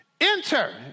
Enter